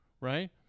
right